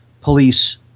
police